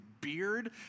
beard